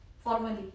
Formally